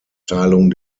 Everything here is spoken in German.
teilung